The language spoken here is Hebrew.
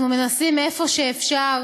אנחנו מנסים, איפה שאפשר,